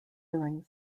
during